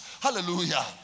Hallelujah